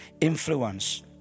Influence